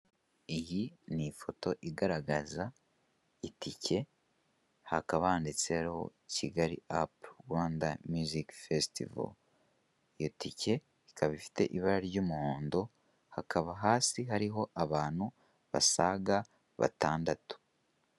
Iyi ni ifoto igaragaza itike hakaba handitseho Kigali apu Rwanda myuzike fesitivo, iyo tike ikaba ifite ibara ry'umuhondo hakaba hasi hariho abantu basaga batandatu.